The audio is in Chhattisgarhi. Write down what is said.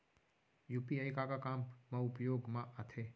यू.पी.आई का का काम मा उपयोग मा आथे?